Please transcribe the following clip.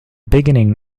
beginning